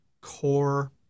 core